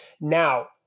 Now